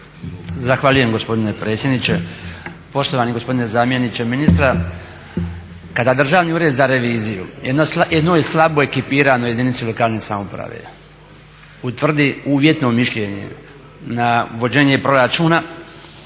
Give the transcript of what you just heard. Zahvaljujem gospodine predsjedniče. Poštovani gospodine zamjeniče ministra. Kada Državni ured za reviziju jednoj slaboj ekipiranoj jedinice lokalne samouprave utvrdi uvjetno mišljenje na vođenje proračuna